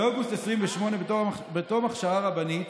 באוגוסט 1928, בתום הכשרה רבנית,